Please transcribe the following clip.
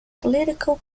political